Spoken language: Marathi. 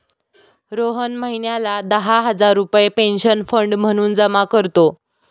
रोहन महिन्याला दहा हजार रुपये पेन्शन फंड म्हणून जमा करतो